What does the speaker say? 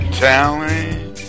talent